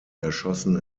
erschossen